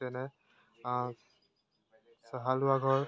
যেনে